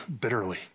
bitterly